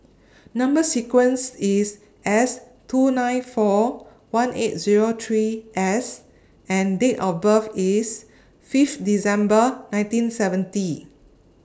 Number sequence IS S two nine four one eight Zero three S and Date of birth IS Fifth December nineteen seventy